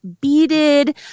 beaded